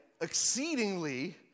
exceedingly